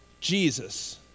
Jesus